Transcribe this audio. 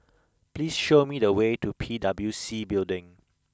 please show me the way to P W C Building